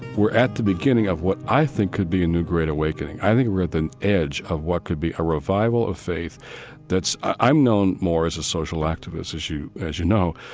we're at the beginning of what, i think, could be a new great awakening. i think we're at an edge of what could be a revival of faith that's i'm known more as a social activist, as you as you know.